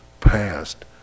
past